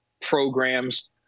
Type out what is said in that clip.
programs